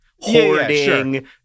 Hoarding